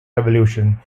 revolution